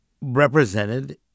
represented